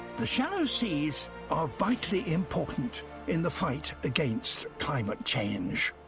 the shallow seas are vitally important in the fight against climate change.